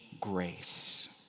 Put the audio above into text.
grace